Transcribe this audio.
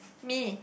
me